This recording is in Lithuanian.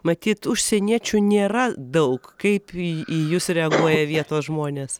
matyt užsieniečių nėra daug kaip į į jus reaguoja vietos žmonės